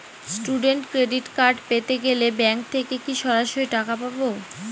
Student credit card পেতে গেলে bank থেকে কি সরাসরি টাকা পাবো?